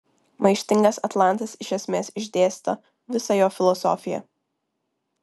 maištingas atlantas iš esmės išdėsto visą jo filosofiją